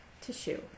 tissue